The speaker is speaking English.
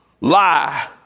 Lie